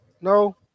No